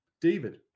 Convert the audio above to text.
David